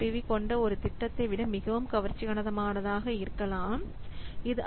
we கொண்ட ஒரு திட்டத்தை விட மிகவும் கவர்ச்சிகரமானதாக இருக்கலாம் இது ஐ